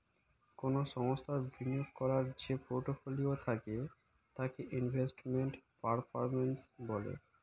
কোন সংস্থায় বিনিয়োগ করার যে পোর্টফোলিও থাকে তাকে ইনভেস্টমেন্ট পারফর্ম্যান্স বলে